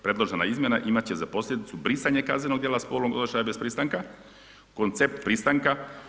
Predložena izmjena imat će za posljedicu brisanje kaznenog djela spolnog odnošaja bez pristanka, koncept pristanka.